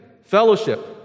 fellowship